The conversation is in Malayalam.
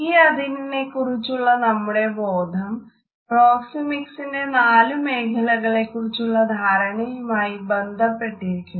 ഈ അതിരിനെ കുറിച്ചുള്ള നമ്മുടെ ബോധം പ്രോക്സെമിക്സിന്റെ നാലു മേഖലകളെക്കുറിച്ചുള്ള ധാരണയുമായും ബന്ധപ്പെട്ടിരിക്കുന്നു